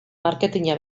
marketina